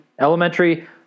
Elementary